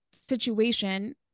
situation